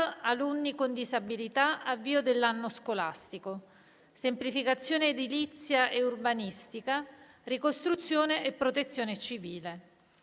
alunni con disabilità, avvio dell'anno scolastico; semplificazione edilizia e urbanistica; ricostruzione e protezione civile.